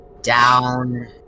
Down